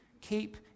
Keep